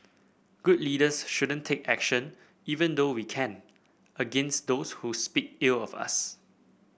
good leaders shouldn't take action even though we can against those who speak ill of us